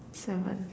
seven